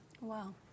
Wow